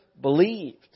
believed